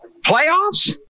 playoffs